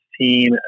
team